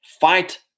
fight